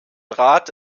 rath